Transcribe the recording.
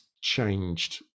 changed